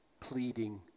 pleading